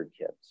kids